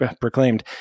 proclaimed